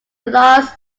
laws